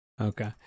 Okay